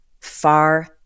far